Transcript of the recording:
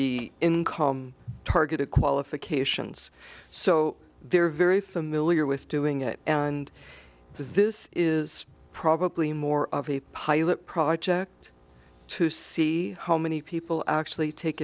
be in call targeted qualifications so they're very familiar with doing it and this is probably more of a pilot project to see how many people actually take